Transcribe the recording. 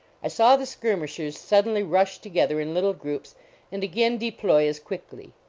i saw the skirmishers suddenly rush together in little groups and again deploy as quickly.